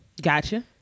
Gotcha